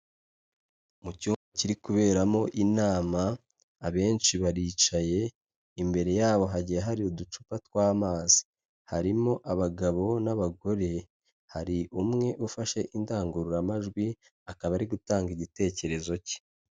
Mu cyumba kiri kuberamo inama abenshi baricaye imbere yabo hagiye hari uducupa tw'amazi harimo abagabo n'abagore hari umwe ufashe indangururamajwi akaba ari gutanga igitekerezo cye.